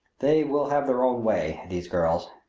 they will have their own way these girls.